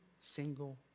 single